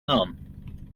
none